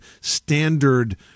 standard